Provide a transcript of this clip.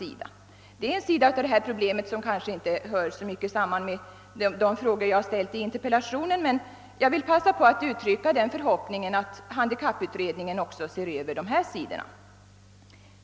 Det är en sida av detta problem som kanske inte hör samman med de i interpellationen ställda frågorna, men jag vill begagna tillfället till att uttrycka den förhoppningen att handikapputredningen skall se över också denna.